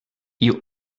you